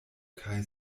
kaj